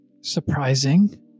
Surprising